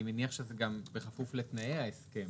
אני מניח שזה גם כפוף לתנאי ההסכם,